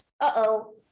uh-oh